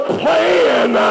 plan